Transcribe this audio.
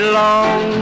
long